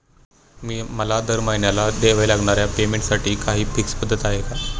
मला दरमहिन्याला द्यावे लागणाऱ्या पेमेंटसाठी काही फिक्स पद्धत आहे का?